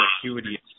acuity